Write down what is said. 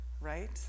right